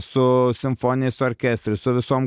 su simfoniniais orkestrais su visom